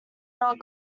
not